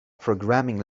programming